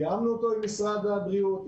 תיאמנו אותו עם משרד הבריאות,